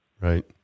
Right